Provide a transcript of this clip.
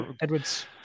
Edwards